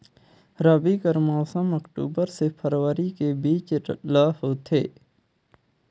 रबी कर मौसम अक्टूबर से फरवरी के बीच ल होथे